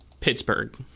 Pittsburgh